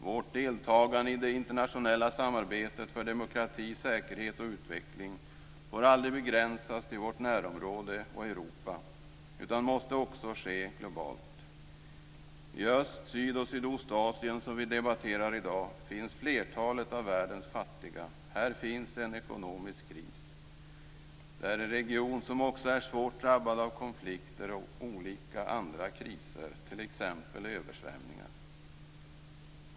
Vårt deltagande i det internationella samarbetet för demokrati, säkerhet och utveckling får aldrig begränsas till vårt närområde och Europa utan måste också ske globalt. I Öst-, Syd och Sydostasien, som vi debatterar i dag, finns flertalet av världens fattiga. Här finns en ekonomisk kris. Det är en region som också är svårt drabbad av konflikter och olika andra kriser, t.ex. översvämningar.